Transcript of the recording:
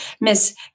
Miss